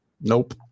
Nope